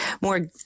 more